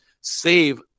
save